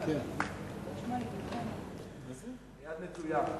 היד נטויה.